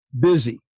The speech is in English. busy